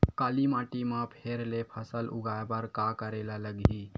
काली माटी म फेर ले फसल उगाए बर का करेला लगही?